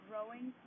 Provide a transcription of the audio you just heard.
Growing